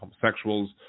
homosexuals